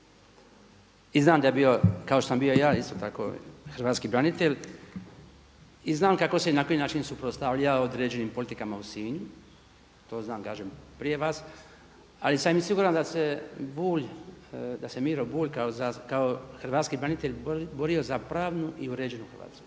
I znam da je bio kao što sam bio ja isto tako hrvatski branitelj, i znam kako se i na koji način suprotstavljao određenim politikama u Sinju, to znam kažem prije vas ali sam i siguran da se Miro Bulj kao hrvatski branitelj borio za pravnu i uređenu Hrvatsku,